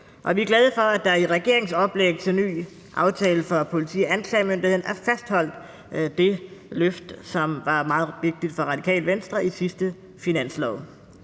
vi er glade for, at der i regeringens oplæg til ny aftale for politi og anklagemyndighed er fastholdt det løft, som var meget vigtigt for Radikale Venstre i sidste finanslov.